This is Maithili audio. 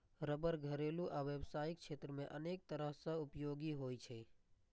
रबड़ घरेलू आ व्यावसायिक क्षेत्र मे अनेक तरह सं उपयोगी होइ छै